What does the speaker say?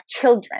children